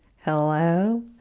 Hello